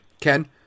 Ken